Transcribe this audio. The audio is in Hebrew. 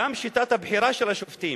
גם שיטת הבחירה של השופטים,